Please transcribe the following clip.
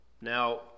Now